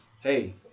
Hey